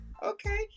okay